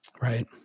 Right